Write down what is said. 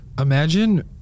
Imagine